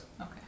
Okay